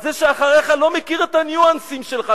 זה שאחריך לא מכיר את הניואנסים שלך,